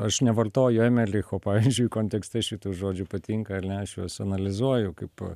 aš nevartoju emelicho pavyzdžiui kontekste šitų žodžių patinka al ne aš juos analizuoju kaip